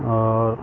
اور